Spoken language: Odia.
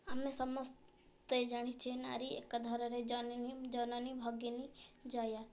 ଆମେ ସମସ୍ତେ ଜାଣିଛେ ନାରୀ ଏକାଧାରାରେ ଜନନୀ ଜନନୀ ଭଗିନୀ ଜାୟା